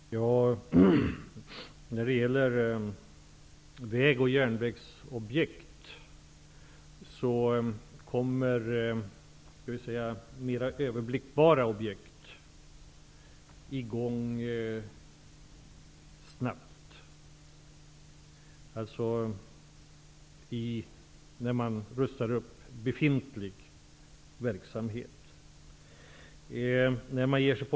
Herr talman! När det gäller väg och järnvägsobjekt kommer mera överblickbara objekt i gång snabbt när man rustar upp befintlig verksamhet.